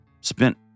spent